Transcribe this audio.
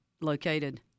located